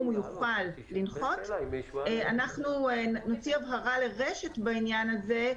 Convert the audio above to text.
נציע הבהרה לרש"ת בעניין הזה,